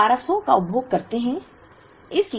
हम 1200 का उपभोग करते हैं